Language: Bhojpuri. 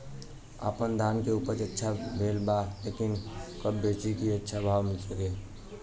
आपनधान के उपज अच्छा भेल बा लेकिन कब बेची कि अच्छा भाव मिल सके?